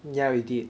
yeah we did